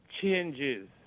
changes